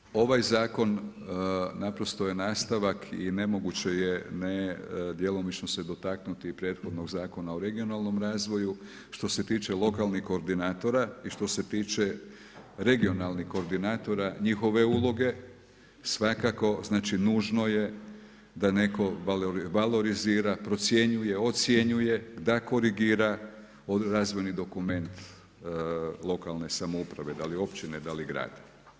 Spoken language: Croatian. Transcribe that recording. Nadalje, ovaj zakon nastavak je i nemoguće je djelomično se dotaknuti prethodnog Zakona o regionalnom razvoju, što se tiče lokalnih koordinatora i što se tiče regionalnih koordinatora, njihove uloge svakako nužno je da neko valorizira, procjenjuje, ocjenjuje da korigira razvojni dokument lokalne samouprave da li općine da li grad.